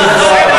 חבר הכנסת,